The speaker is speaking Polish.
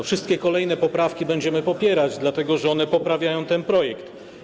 Wszystkie kolejne poprawki będziemy popierać, dlatego że one poprawiają ten projekt.